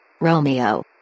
Romeo